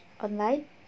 Online